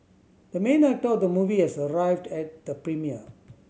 the main actor of the movie has arrived at the premiere